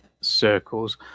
circles